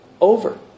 over